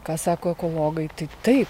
ką sako ekologai tai taip